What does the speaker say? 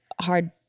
hard